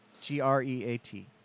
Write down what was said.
G-R-E-A-T